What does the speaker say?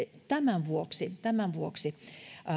tämän vuoksi tämän vuoksi